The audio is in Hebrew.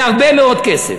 בהרבה מאוד כסף,